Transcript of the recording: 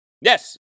Yes